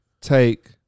take